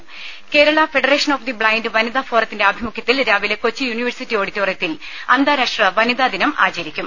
ദേദ Kerala federation of the blind വനിതാ ഫോറത്തിന്റെ ആഭിമുഖ്യത്തിൽ രാവിലെ കൊച്ചി യൂണിവേഴ്സിറ്റി ഓഡിറ്റോറിയത്തിൽ അന്താരാഷ്ട്ര വനിതാ ദിനം ആചരിക്കും